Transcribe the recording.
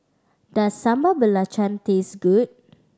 does Sambal Belacan taste good